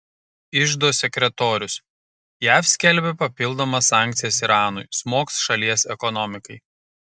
iždo sekretorius jav skelbia papildomas sankcijas iranui smogs šalies ekonomikai